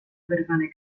wyrwany